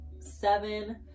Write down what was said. seven